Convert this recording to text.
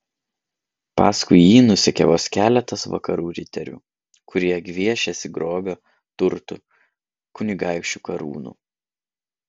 paskui jį nusekė vos keletas vakarų riterių kurie gviešėsi grobio turtų kunigaikščių karūnų